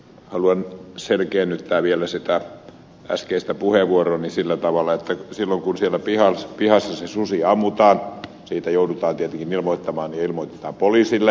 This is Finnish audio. haluan selkiinnyttää vielä sitä äskeistä puheenvuoroani sillä tavalla että silloin kun siellä pihassa se susi ammutaan siitä joudutaan tietenkin ilmoittamaan ja ilmoitetaan poliisille